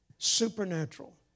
supernatural